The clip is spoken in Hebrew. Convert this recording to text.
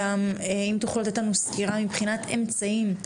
אם תוכלו לתת לנו סקירה מבחינת אמצעים,